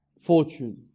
fortune